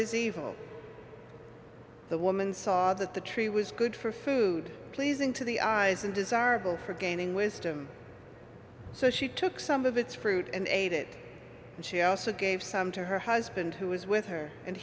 is evil the woman saw that the tree was good for food pleasing to the eyes and desirable for gaining wisdom so she took some of its fruit and ate it and she also gave some to her husband who was with her and